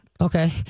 okay